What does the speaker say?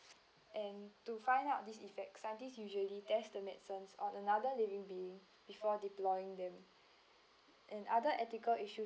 and to find out this effect scientists usually test the medicines on another living being before deploying them and other ethical issue